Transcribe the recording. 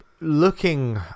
looking